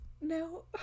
No